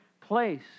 place